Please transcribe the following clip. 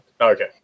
Okay